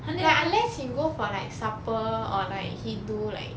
like unless he go for like supper or like he do like